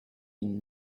been